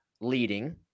leading